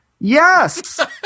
Yes